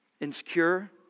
Insecure